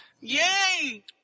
Yay